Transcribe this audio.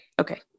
Okay